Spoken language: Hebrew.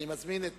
אני מזמין את